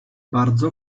bardzo